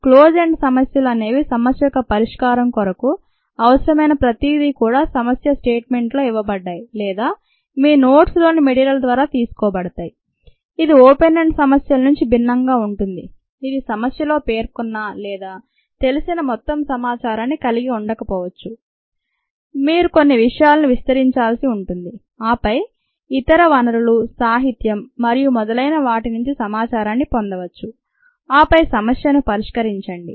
closed end సమస్యలు అనేవి సమస్యయొక్క పరిష్కారం కొరకు అవసరమైన ప్రతిదీ కూడా సమస్యా స్టేట్ మెంట్లో ఇవ్వబడ్డాయి లేదా మీ నోట్స్ లోని మెటీరియల్ ద్వారా తెలుసుకోబడతాయి ఇది ఓపెన్ ఎండ్ సమస్యల నుండి భిన్నంగా ఉంటుంది ఇది సమస్యలో పేర్కొన్న లేదా తెలిసిన మొత్తం సమాచారాన్ని కలిగి ఉండకపోవచ్చు మీరు కొన్ని విషయాలను విస్తరించాల్సి ఉంటుంది ఆపై ఇతర వనరులు సాహిత్యం మరియు మొదలైన వాటి నుండి సమాచారాన్ని పొందవచ్చు ఆపై సమస్యను పరిష్కరించండి